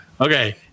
Okay